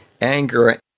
anger